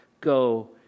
Go